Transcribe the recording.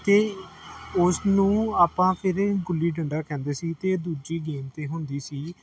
ਅਤੇ ਉਸਨੂੰ ਆਪਾਂ ਫੇਰ ਗੁੱਲੀ ਡੰਡਾ ਕਹਿੰਦੇ ਸੀ ਅਤੇ ਦੂਜੀ ਗੇਮ ਤੇ ਹੁੰਦੀ ਸੀ